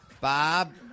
Bob